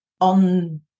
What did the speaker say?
on